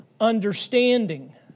understanding